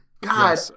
god